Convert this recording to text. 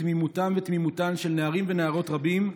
תמימותם ותמימותן של נערים ונערות רבים,